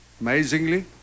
amazingly